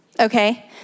Okay